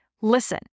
Listen